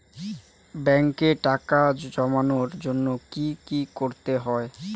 ব্যাংকে টাকা জমানোর জন্য কি কি করতে হয়?